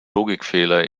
logikfehler